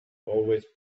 always